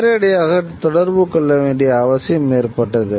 நேரடியாக தொடர்பு கொள்ள வேண்டிய அவசியம் ஏற்பட்டது